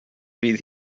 fydd